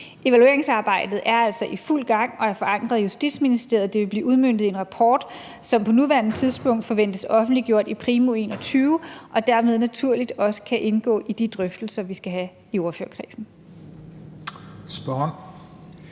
Evalueringsarbejdet er altså i fuld gang og er forankret i Justitsministeriet, og det vil blive udmøntet i en rapport, som på nuværende tidspunkt forventes offentliggjort primo 2021 og dermed naturligvis også kan indgå i de drøftelser, vi skal have i ordførerkredsen. Kl.